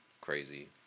crazy